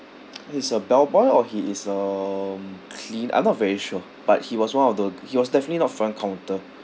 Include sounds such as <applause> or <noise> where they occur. <noise> he's a bellboy or he is um clean I'm not very sure but he was one of the he was definitely not front counter